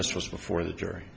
this was before the jury